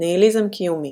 ניהיליזם קיומי